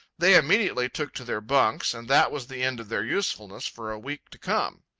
they immediately took to their bunks, and that was the end of their usefulness for a week to come.